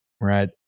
Right